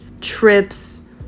trips